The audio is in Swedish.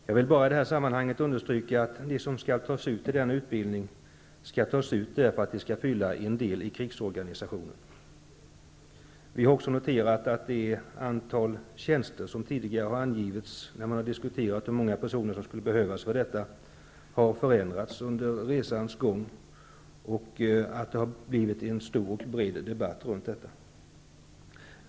Jag vill i det här sammanhanget bara understryka att de som skall tas ut till den utbildningen skall tas ut därför att de skall vara en del i krigsorganisationen. Vi har också noterat att det antal tjänster som tidigare har angivits när man har diskuterat hur många personer som skulle behövas för detta har förändrats under resans gång och att det har blivit en bred debatt runt detta.